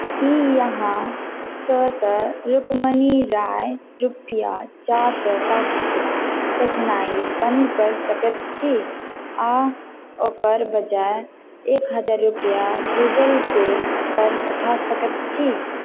की अहाँ स्वतः रुक्मनी राय रुपैआ चारि सए पाक्षिक पठेनाइ बंद कऽ सकैत छी आ ओकर बजाय एक हजार रुपैइ गूगल पे पर पठा सकैत छी